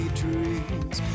dreams